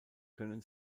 können